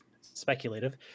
speculative